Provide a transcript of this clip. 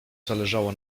zależało